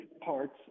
parts